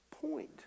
point